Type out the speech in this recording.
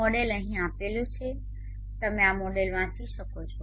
model અહીં આપવામાં આવ્યું છે તમે આ મોડેલ વાંચી શકો છો